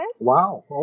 Wow